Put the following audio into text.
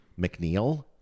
McNeil